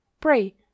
Pray